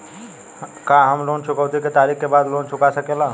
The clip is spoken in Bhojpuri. का हम लोन चुकौती के तारीख के बाद लोन चूका सकेला?